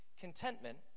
Contentment